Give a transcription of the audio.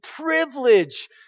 privilege